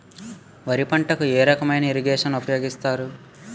వరి పంటకు ఏ రకమైన ఇరగేషన్ ఉపయోగిస్తారు?